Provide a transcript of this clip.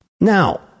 Now